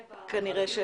כנראה.